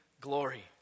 glory